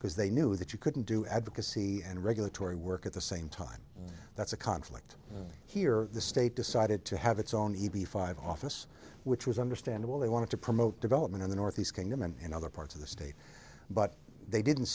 because they knew that you couldn't do advocacy and regulatory work at the same time that's a conflict here the state decided to have its own e b five office which was understandable they want to promote development in the north east kingdom and other parts of the state but they didn't